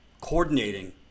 coordinating